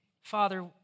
Father